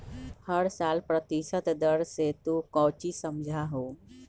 हर साल प्रतिशत दर से तू कौचि समझा हूँ